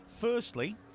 firstly